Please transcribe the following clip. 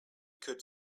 could